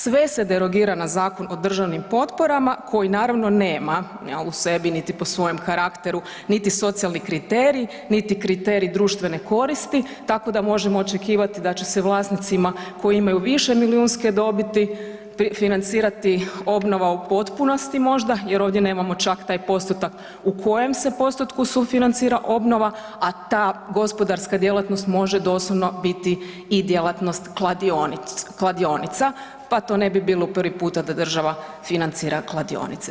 Sve se derogira na Zakon o državnim potporama koji naravno nema jel', u sebi niti po svojem karakteru niti socijalni kriterij, niti kriterij društvene koristi, tako da možemo očekivati da će se vlasnicima koji imaju višemilijunske dobiti, financirati obnova u potpunosti možda jer ovdje nemamo čak taj postotak u kojem se postotku sufinancira obnova a ta gospodarska djelatnost može doslovno biti i djelatnost kladionica pa to ne bi bilo prvi puta da država financira kladionice.